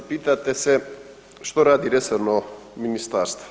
Pitate se što radi resorno ministarstvo.